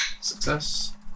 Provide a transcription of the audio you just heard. Success